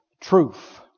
truth